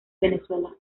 venezuela